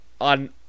on